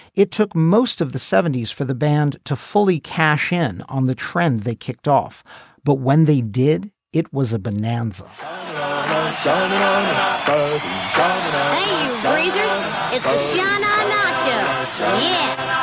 it took most of the seventy s for the band to fully cash in on the trend they kicked off but when they did it was a bonanza in